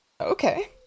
okay